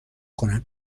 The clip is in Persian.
کنن